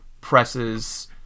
presses